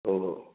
ஓ ஓ